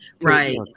Right